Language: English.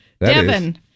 Devin